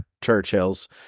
churchills